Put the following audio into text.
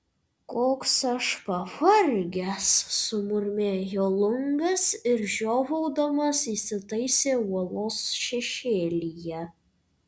koks aš pavargęs sumurmėjo lungas ir žiovaudamas įsitaisė uolos šešėlyje